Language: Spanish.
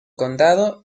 condado